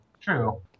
True